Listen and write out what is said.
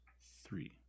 three